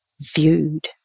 viewed